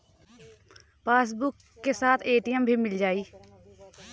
Passbook के साथ ATM भी मील जाई?